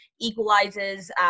equalizes